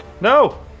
No